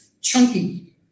chunky